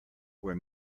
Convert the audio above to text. were